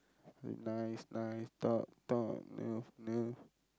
nice nice talk talk love love